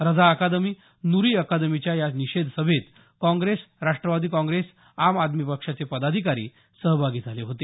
रझा अकादमी नुरी अकादमीच्या या निषेध सभेत काँग्रेस राष्ट्रवादी काँग्रेस आम आदमी पक्षाचे पदाधिकारी सहभागी झाले होते